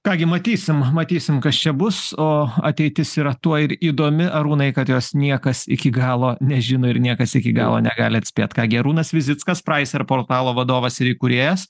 ką gi matysim matysim kas čia bus o ateitis yra tuo ir įdomi arūnai kad jos niekas iki galo nežino ir niekas iki galo negali atspėt ką gi arūnas vizickas pricer portalo vadovas ir įkūrėjas